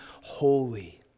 holy